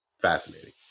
Fascinating